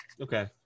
Okay